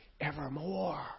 evermore